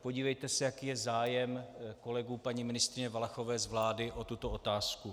Podívejte se, jaký je zájem kolegů paní ministryně Valachové z vlády o tuto otázku.